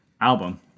album